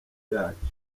yacyo